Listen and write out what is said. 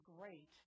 great